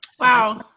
Wow